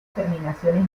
terminaciones